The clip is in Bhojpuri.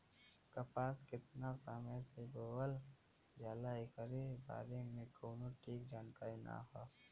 कपास केतना समय से बोअल जाला एकरे बारे में कउनो ठीक जानकारी ना हौ